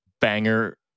banger